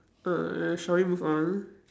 err shall we move on